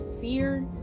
fear